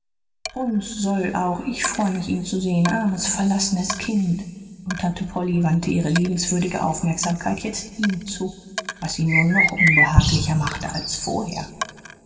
und s soll auch ich freue mich ihn zu sehen armes verlassenes kind und tante polly wandte ihre liebenswürdige aufmerksamkeit jetzt ihm zu was ihn nur noch unbehaglicher machte als vorher